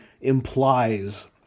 implies